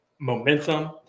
momentum